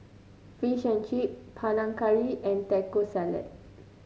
Fish and Chips Panang Curry and Taco Salad